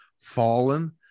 fallen